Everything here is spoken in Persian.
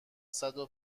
صدو